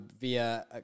via